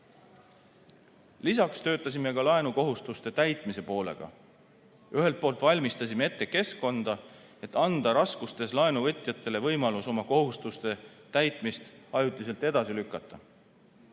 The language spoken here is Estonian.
töötasime ka laenukohustuste täitmise poolega. Ühelt poolt valmistasime ette keskkonda, et anda raskustes laenuvõtjatele võimalus oma kohustuste täitmist ajutiselt edasi lükata,